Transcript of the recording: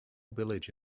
village